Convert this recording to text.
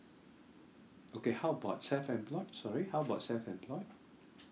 okay how about self employed sorry how about self employed